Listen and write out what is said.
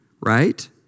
right